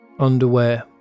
underwear